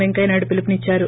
పెంకయ్యనాయుడు పిలుపునిచ్చారు